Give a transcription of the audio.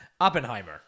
Oppenheimer